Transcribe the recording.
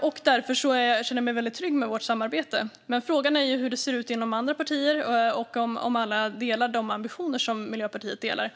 och jag känner mig därför trygg med vårt samarbete. Frågan är hur det ser ut inom andra partier och om alla delar de ambitioner som Miljöpartiet har.